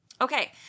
Okay